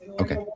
Okay